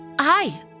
Hi